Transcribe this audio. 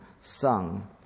sung